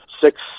six